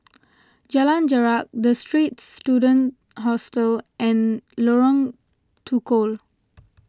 Jalan Jarak the Straits Students Hostel and Lorong Tukol